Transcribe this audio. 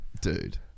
dude